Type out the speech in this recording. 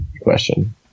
question